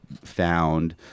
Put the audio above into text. found